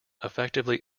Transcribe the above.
effectively